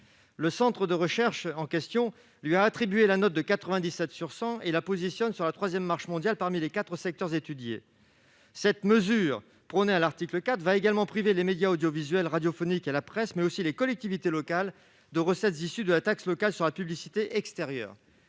Le centre de recherches en question lui attribue la note de 97 sur 100 et la positionne sur la troisième marche mondiale parmi les quatre secteurs étudiés. La mesure prônée à l'article 4 privera de recettes les médias audiovisuels et radiophoniques, ainsi que la presse écrite, mais également les collectivités locales, qui perdront les recettes issues de la taxe locale sur la publicité extérieure.